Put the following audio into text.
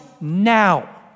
now